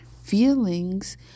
Feelings